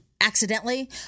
accidentally